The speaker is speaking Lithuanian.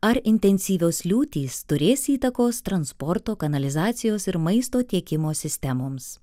ar intensyvios liūtys turės įtakos transporto kanalizacijos ir maisto tiekimo sistemoms